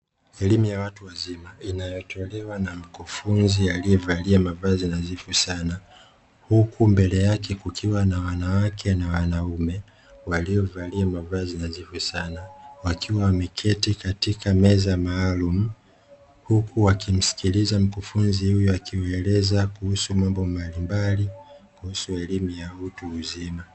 Elimu ya watu wazima, inayotolewa na mkufunzi aliyevalia mavazi nadhifu sana, huku mbele yake kukiwa na wanawake na wanaume waliovalia mavazi nadhifu sana, wakiwa wameketi katika meza maalumu, huku wakimsikiliza mkufunzi huyu akieleza mambo mbalimbali kuhusu elimu ya utu uzima.